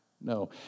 No